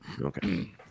Okay